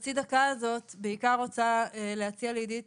בחצי הדקה הזאת אני בעיקר רוצה להציע לעידית